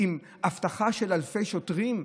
עם אבטחה של אלפי שוטרים,